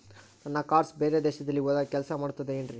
ನನ್ನ ಕಾರ್ಡ್ಸ್ ಬೇರೆ ದೇಶದಲ್ಲಿ ಹೋದಾಗ ಕೆಲಸ ಮಾಡುತ್ತದೆ ಏನ್ರಿ?